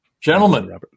Gentlemen